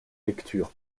lecture